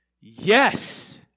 Yes